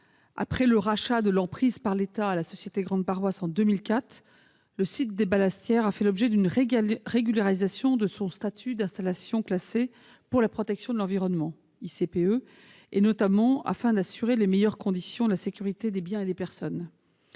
Après le rachat de l'emprise par l'État à la société Grande-Paroisse, en 2004, le site des ballastières a fait l'objet d'une régularisation de son statut d'installation classée pour la protection de l'environnement, ou ICPE, afin notamment d'assurer dans les meilleures conditions la sécurité des biens et des personnes.